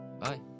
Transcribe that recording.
Bye